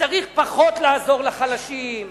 צריך פחות לעזור לחלשים.